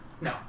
No